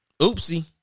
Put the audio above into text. oopsie